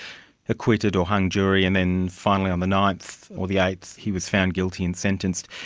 acquitted or hung jury, and then finally on the ninth or the eighth he was found guilty and sentenced.